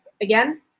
again